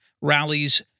rallies